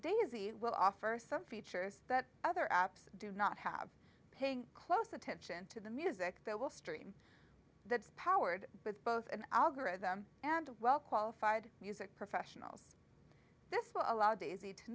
daisy will offer some features that other apps do not have paying close attention to the music that will stream that is powered with both an algorithm and a well qualified music professionals this will allow